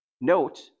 note